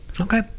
okay